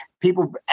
people